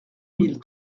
mille